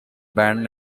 banned